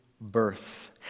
birth